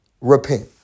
repent